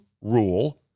rule